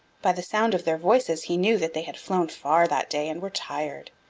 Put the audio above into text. by the sound of their voices he knew that they had flown far that day and were tired.